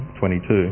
22